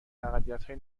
اقلیتهای